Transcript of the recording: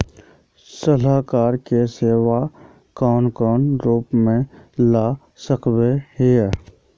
सलाहकार के सेवा कौन कौन रूप में ला सके हिये?